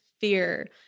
fear